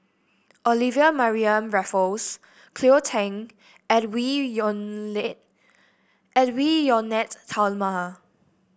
Olivia Mariamne Raffles Cleo Thang Edwy Lyonet Edwy Lyonet Talma